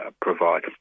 provide